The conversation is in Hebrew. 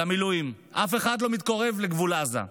למילואים, אף אחד לא מתקרב לגבול עזה.